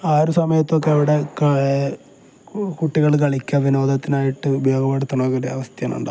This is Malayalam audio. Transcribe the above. ആ ഒരു സമയത്തൊക്കെ അവിടെ കുട്ടികൾ കളിക്കാൻ വിനോദത്തിനായിട്ട് ഉപയോഗപ്പെടുത്തുന്ന ഒരു അവസ്ഥയാണ് ഉണ്ടാവുക